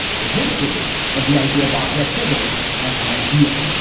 the history of the idea of objectivity as an ideal.